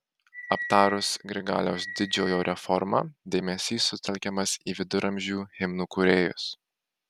aptarus grigaliaus didžiojo reformą dėmesys sutelkiamas į viduramžių himnų kūrėjus